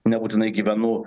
nebūtinai gyvenu